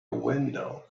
window